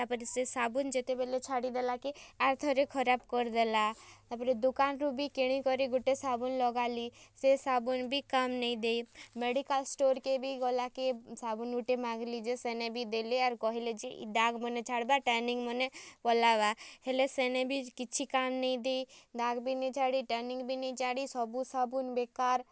ତାପରେ ସେ ସାବୁନ୍ ଯେତେବେଲେ ଛାଡ଼ି ଦେଲାକେ ଆର୍ ଥରେ ଖରାପ୍ କରିଦେଲା ତାପରେ ଦୁକାନ୍ରୁ ବି କିଣିକରି ଗୁଟେ ସାବୁନ୍ ଲଗାଲି ସେ ସାବୁନ୍ ବି କାମ୍ ନେଇ ଦେଇ ମେଡ଼ିକାଲ୍ ଷ୍ଟୋର୍କେ ବି ଗଲାକେ ସାବୁନ୍ ଗୁଟେ ମାଗ୍ଲି ଯେ ସେନେ ବି ଦେଲେ ଆର୍ କହେଲେ ଯେ ଇ ଦାଗ୍ମାନେ ଛାଡ଼ବା୍ ଟ୍ୟାନିଙ୍ଗ୍ମାନେ ପଲାବା ହେଲେ ସେନେ ବି କିଛି କାମ୍ ନେଇଁ ଦି ଦାଗ୍ ବି ନେଇଁ ଛାଡ଼ି ଟ୍ୟାନିଙ୍ଗ୍ ବି ନେଇଁ ଛାଡ଼ି ସବୁ ସାବୁନ୍ ବେକାର୍